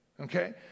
okay